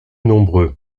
nombreux